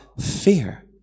fear